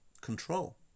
control